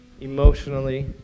emotionally